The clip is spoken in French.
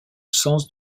sens